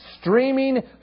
streaming